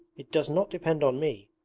it does not depend on me,